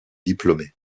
diplômés